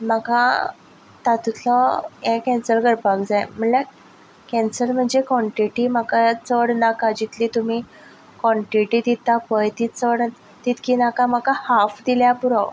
म्हाका तातूंतलो हें केन्सल करपाक जाय म्हणल्यार केन्सल म्हणजे कोन्टीटी म्हाका चड नाका जितली तुमी कोन्टीटी दितात पळय तितली नाका म्हाका हाफ पुरो